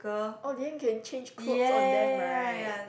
oh then can change clothes on them right